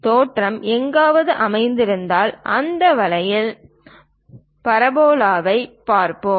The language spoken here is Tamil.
தோற்றம் எங்காவது அமைந்திருந்தால் அந்த வழியில் பரபோலாவைப் பார்ப்போம்